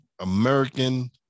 American